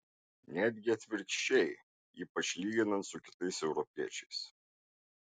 netgi atvirkščiai ypač lyginant su kitais europiečiais